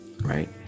Right